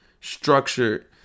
structured